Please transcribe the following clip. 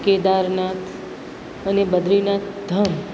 કેદારનાથ અને બદ્રીનાથધામ